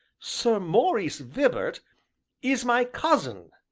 sir maurice vibart is my cousin,